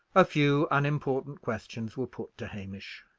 a few unimportant questions were put to hamish,